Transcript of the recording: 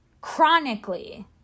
chronically